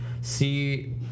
see